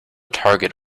target